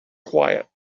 quiet